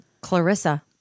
Clarissa